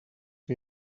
que